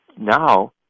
now